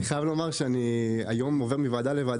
אני חייב לומר שאני היום עובר מוועדה לוועדה